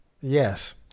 Yes